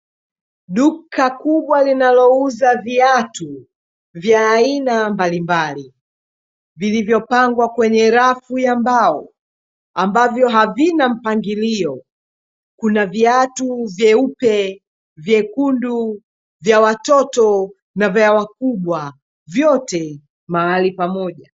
Duka kubwa linalo uza viatu vya aina mbalimbali, vilivyopangwa kwenye rafu ya mbao ambavyo havina mpangilio. Kuna viatu vyeupe, vyekundu, vya watoto na vya wakubwa vyote mahali pamoja.